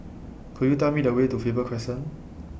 Could YOU Tell Me The Way to Faber Crescent